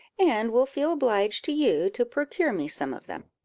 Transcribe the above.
and will feel obliged to you to procure me some of them.